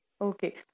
Okay